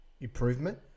improvement